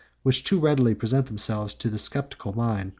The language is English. which too readily present themselves to the sceptical mind